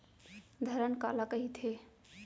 धरण काला कहिथे?